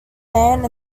anne